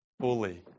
fully